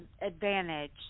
Advantage